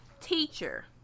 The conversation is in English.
teacher